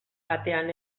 batean